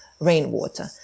rainwater